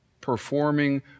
performing